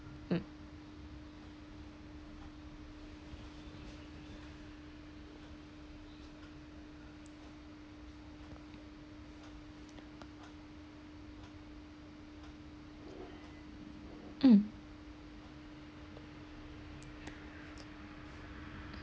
um mm